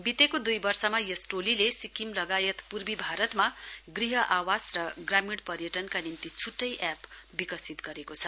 बितेको दुई वर्षमा यस टोलीले सिक्किम लगायत पूर्वी भारतमा गृह आवास र ग्रामीण पर्यटनका निम्ति छुट्टै एप विकसित गरेको छ